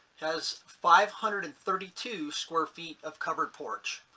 has five hundred and thirty two square feet of covered porch.